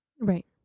Right